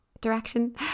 direction